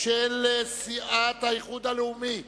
של סיעת האיחוד הלאומי,